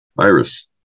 Iris